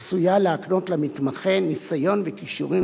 עשויה להקנות למתמחה ניסיון וכישורים